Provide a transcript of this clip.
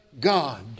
God